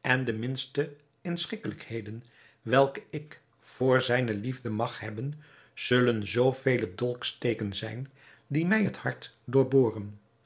en de minste inschikkelijkheden welke ik voor zijne liefde mag hebben zullen zoo vele dolksteken zijn die mij het hart